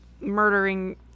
murdering